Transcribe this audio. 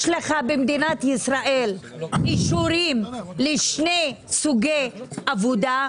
יש לך במדינת ישראל אישורים לשני סוגי עבודה.